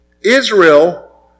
Israel